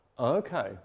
Okay